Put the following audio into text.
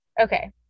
Okay